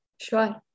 Sure